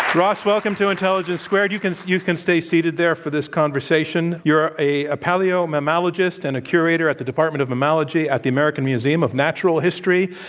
ross, welcome to intelligence squared. you can you can stay seated there for this conversation. you're a a paleomammalogist and a curator at the department of mammalogy at the american museum of natural history.